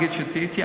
יגיד שטעיתי.